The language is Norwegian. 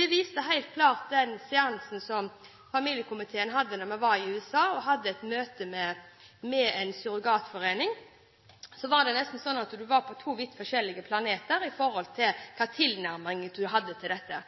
Det viser helt klart den seansen som familiekomiteen hadde da vi var i USA og hadde et møte med en surrogatforening. Det var nesten sånn at man var på to vidt forskjellige planeter når det gjaldt hva slags tilnærming man hadde til dette.